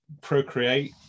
procreate